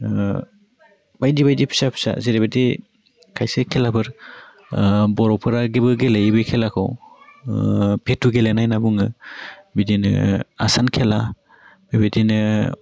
ओह बायदि बायदि फिसा फिसा जेरैबायदि खायसे खेलाफोर ओह बर'फोराबो गेलेयो बे खेलाखौ ओह फेथु गेलेनाय होन्ना बुङो बिदिनो आसान खेला बेबायदिनो